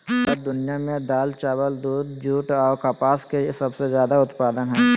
भारत दुनिया में दाल, चावल, दूध, जूट आ कपास के सबसे उत्पादन हइ